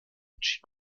entschied